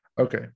okay